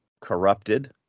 corrupted